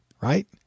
right